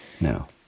No